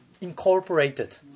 incorporated